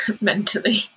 mentally